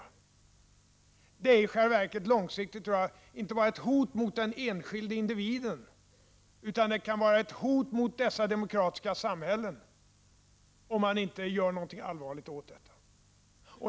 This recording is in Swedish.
På långt sikt är det i själva verket inte bara ett hot mot den enskilde individen utan mot dessa demokratiska samhällen, om man inte gör något allvarligt åt det.